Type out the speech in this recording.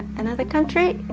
and other countries,